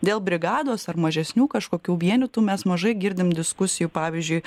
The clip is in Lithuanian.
dėl brigados ar mažesnių kažkokių vienetų mes mažai girdim diskusijų pavyzdžiui